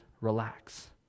relax